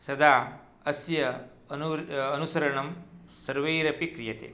सदा अस्य अनुसरणं सर्वैरपि क्रियते